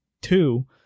two